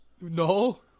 No